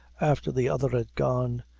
after the other had gone.